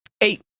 Eight